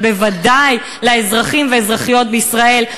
אבל בוודאי לאזרחים והאזרחיות בישראל,